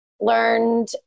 learned